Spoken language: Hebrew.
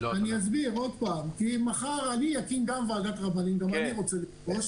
אני אסביר שוב: כי מחר אני גם אקים ועדת רבנים גם אני רוצה לפרוש